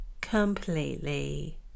completely